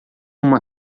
uma